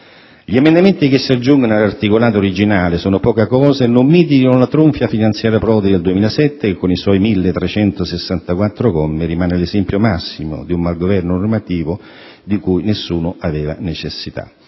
Gli emendamenti che si aggiungono all'articolato originale sono poca cosa e non mitigano la tronfia finanziaria Prodi del 2007 che, con i suoi 1364 commi, rimane l'esempio massimo di un malgoverno normativo di cui nessuno aveva necessità.